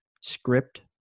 script